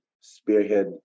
spearhead